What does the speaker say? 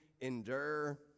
endure